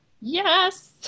Yes